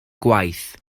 gwaith